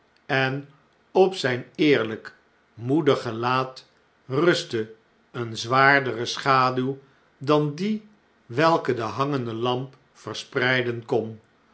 en op zijn eerlijk moedig gelaat rustte eene zwaardere schaduw dan die welke de hangende lamp verspreiden kon